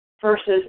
versus